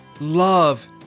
love